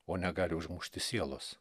o negali užmušti sielos